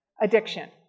addiction